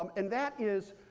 um and that is,